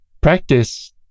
practice